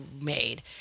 made